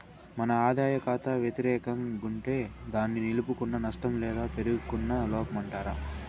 మన ఆదాయ కాతా వెతిరేకం గుంటే దాన్ని నిలుపుకున్న నష్టం లేదా పేరుకున్న లోపమంటారు